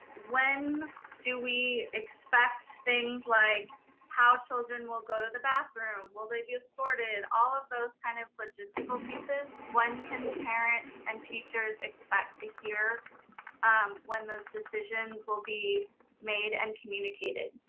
when do we expect things like how children will go to the bathroom? will they be escorted, all of those kinds of logistical pieces, when can parents and teachers expect to hear um when those decisions will be made and communicated?